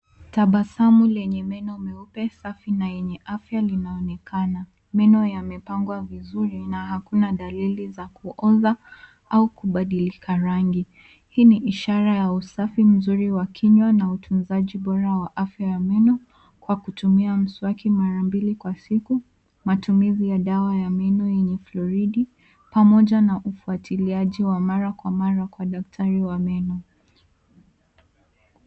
Tabasamu lenye meno meupe, safi na yenye afya linaonekana. Meno yamepangwa vizuri na hakuna dalili za kuoza au kubadilika rangi. Hii ni ishara ya usafi mzuri wa kinywa na utunzaji bora wa afya ya meno, kwa kutumia mswaki mara mbili kwa siku, matumizi ya dawa ya meno yenye flouride pamoja na ufwatiliaji wa mara kwa mara kwa daktari wa meno.